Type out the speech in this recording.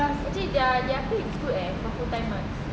actually their their pay is is good leh for full timer